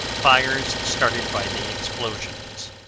fires started by the explosions.